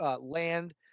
land